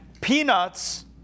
peanuts